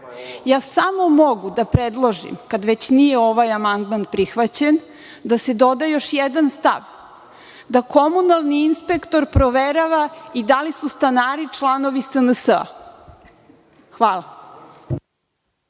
mogu da predložim kad već nije ovaj amandman prihvaćen, da se doda još jedan stav – da komunalni inspektor proverava i da li su stanari članovi SNS-a. Hvala.